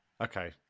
Okay